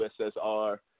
USSR